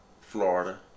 Florida